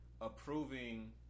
approving